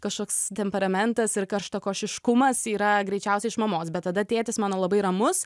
kažkoks temperamentas ir karštakošiškumas yra greičiausiai iš mamos bet tada tėtis mano labai ramus